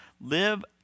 live